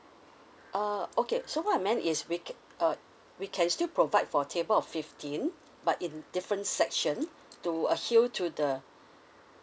uh okay so what I meant is we uh we can still provide for table of fifteen but in different section to adhere to the